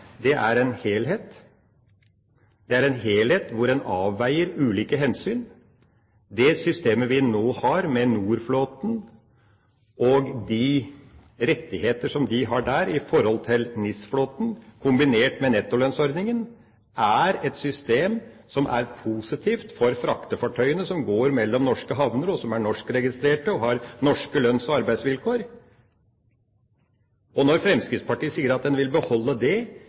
har, er en helhet hvor en avveier ulike hensyn. Det systemet vi nå har, med NOR-flåten og de rettigheter som de har der i forhold til NIS-flåten, kombinert med nettolønnsordninga, er et system som er positivt for fraktefartøyene som går mellom norske havner, og som er norskregistrerte og har norske lønns- og arbeidsvilkår. Når Fremskrittspartiet sier at en heller vil beholde det